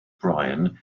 bryan